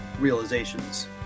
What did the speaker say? realizations